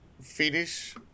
finish